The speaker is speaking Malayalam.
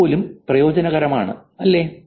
അത് പോലും പ്രയോജനകരമാണ് അല്ലേ